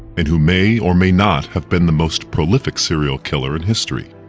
and who may or may not have been the most prolific serial killer in history.